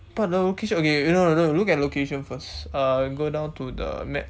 but the location okay no no look at the location first uh go down to the map